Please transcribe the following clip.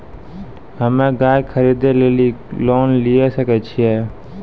हम्मे गाय खरीदे लेली लोन लिये सकय छियै?